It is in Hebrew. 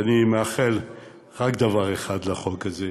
ואני מאחל רק דבר אחד לחוק הזה: